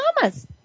mamas